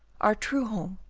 our true home,